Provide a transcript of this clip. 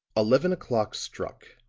eleven o'clock struck,